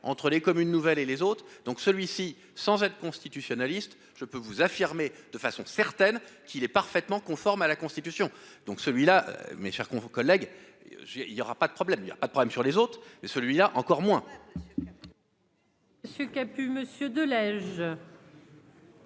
entre les comme une nouvelle et les autres, donc celui-ci sans être constitutionnaliste, je peux vous affirmer de façon certaine qu'il est parfaitement conforme à la Constitution, donc celui-là, mes chers con, vos collègues, j'ai il y aura pas de problème, il y a pas de problème sur les autres et celui-là encore moins. Ce qui a pu Monsieur Delage.